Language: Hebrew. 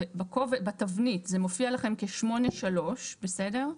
בתבנית, זה מופיע לכם כ-(8)(3), בסדר?